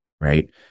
right